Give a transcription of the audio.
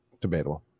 Debatable